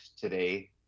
today